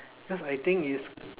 cause I think is